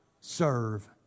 serve